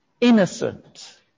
innocent